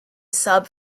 sub